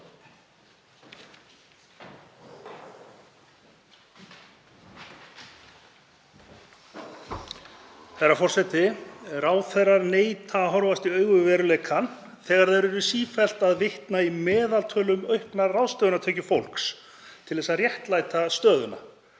Herra forseti. Ráðherrar neita að horfast í augu við veruleikann þegar þeir eru sífellt að vitna í meðaltöl um auknar ráðstöfunartekjur fólks til þess að réttlæta stöðuna.